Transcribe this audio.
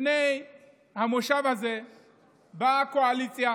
לפני המושב הזה בקואליציה.